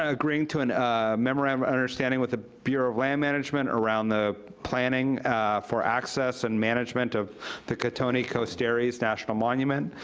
agreeing to and a memorandum of understanding with the bureau of land management, around the planning for access and management of the cotoni-coast dairies national monument,